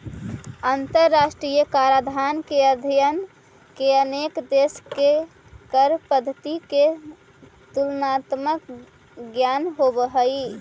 अंतरराष्ट्रीय कराधान के अध्ययन से अनेक देश के कर पद्धति के तुलनात्मक ज्ञान होवऽ हई